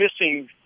missing